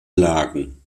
lagen